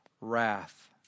wrath